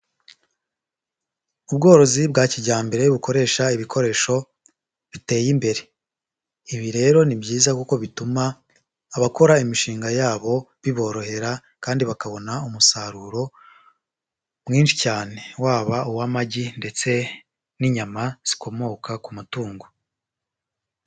Ubworozi bwa kijyambere bukoresha ibikoresho biteye imbere, ibi rero ni byiza kuko bituma abakora imishinga yabo biborohera kandi bakabona umusaruro mwinshi cyane, waba uw'amagi ndetse n'inyama zikomoka ku matungo.